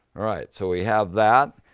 alright, so we have that.